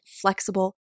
flexible